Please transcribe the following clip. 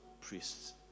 priests